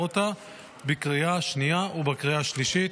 אותה בקריאה השנייה ובקריאה השלישית.